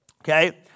Okay